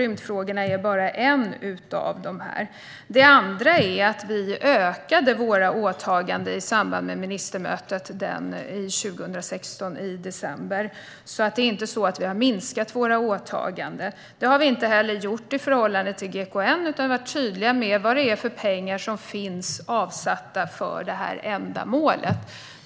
Rymdfrågan är bara en av dem. För det andra ökade vi våra åtaganden i samband med ministermötet i december 2016. Det är alltså inte så att vi har minskat våra åtaganden. Det har vi inte heller gjort i förhållande till GKN, utan vi har varit tydliga med vad det är för pengar som finns avsatta för ändamålet.